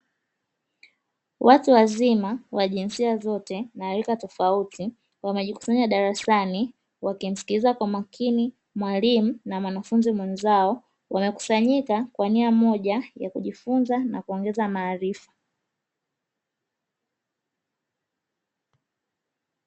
Watu wazima wa jinsia zote na rika tofauti, wanajikusanya darasani wakimsikiliza kwa umakini mwalimu na mwanafunzi mwenzao, wamekusanyika kwa nia moja ya kujifunza na kuongeza maarifa.